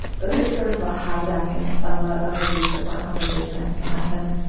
so there's sort of a hijacking of ah of a grief support conversation that can happen.